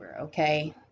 okay